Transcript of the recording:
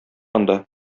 анда